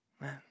man